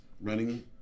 running